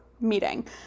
meeting